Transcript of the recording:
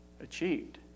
achieved